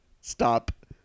stop